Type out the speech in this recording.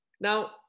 now